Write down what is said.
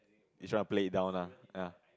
it's trying to play it down ah ya